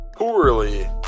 Poorly